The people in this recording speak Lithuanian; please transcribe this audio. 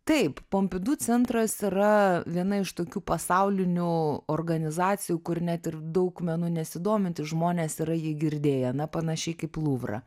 taip pompidu centras yra viena iš tokių pasaulinių organizacijų kur net ir daug menu nesidomintys žmonės yra jį girdėję na panašiai kaip luvrą